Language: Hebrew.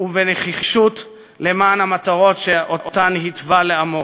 ובנחישות למען המטרות שאותן התווה לעמו.